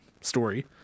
story